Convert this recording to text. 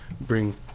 bring